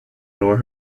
nor